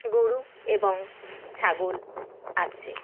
গরু এবং ছাগল আছে